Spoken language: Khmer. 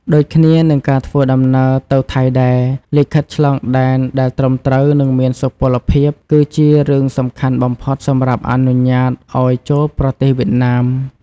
ដូចគ្នានឹងការធ្វើដំណើរទៅថៃដែរ លិខិតឆ្លងដែនដែលត្រឹមត្រូវនិងមានសុពលភាពគឺជារឿងសំខាន់បំផុតសម្រាប់អនុញ្ញាតឱ្យចូលប្រទេសវៀតណាម។